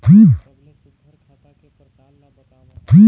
सबले सुघ्घर खाता के प्रकार ला बताव?